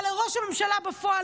אבל לראש הממשלה בפועל,